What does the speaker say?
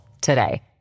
today